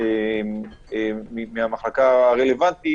מהמחלקה הרלוונטית